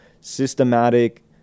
systematic